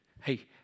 hey